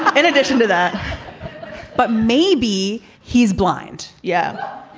in addition to that but maybe he's blind. yeah.